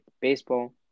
baseball